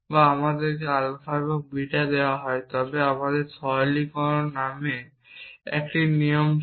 বা আমাদেরকে আলফা এবং বিটা দেওয়া হয় তবে আমাদের সরলীকরণ নামে একটি নিয়ম ছিল